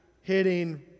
hitting